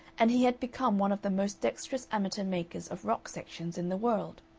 and he had become one of the most dexterous amateur makers of rock sections in the world.